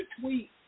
tweet